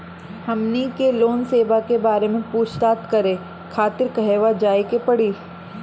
हमनी के लोन सेबा के बारे में पूछताछ करे खातिर कहवा जाए के पड़ी?